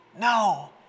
No